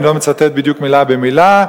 אני לא מצטט בדיוק מלה במלה,